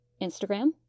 instagram